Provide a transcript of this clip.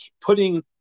putting